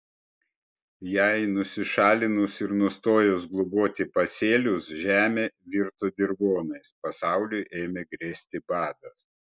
jai nusišalinus ir nustojus globoti pasėlius žemė virto dirvonais pasauliui ėmė grėsti badas